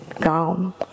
gone